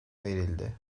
verildi